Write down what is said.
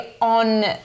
on